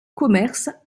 commerce